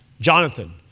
Jonathan